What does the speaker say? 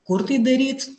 kur tai daryt